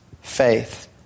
faith